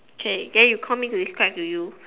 okay then you call me to describe to you